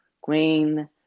Queen